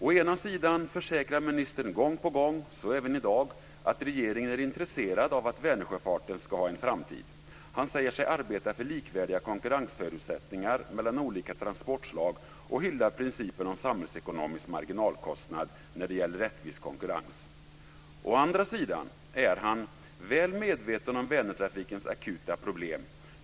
Å ena sidan försäkrar ministern gång på gång - så även i dag - att regeringen är intresserad av att Vänersjöfarten ska ha en framtid. Han säger sig arbeta för likvärdiga konkurrensförutsättningar mellan olika transportslag och hyllar principen om samhällsekonomisk marginalkostnad när det gäller rättvis konkurrens. Å andra sidan är han väl medveten om Vänertrafikens akuta problem.